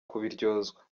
kubiryozwa